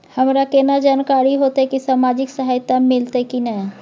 हमरा केना जानकारी होते की सामाजिक सहायता मिलते की नय?